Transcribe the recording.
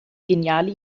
geniale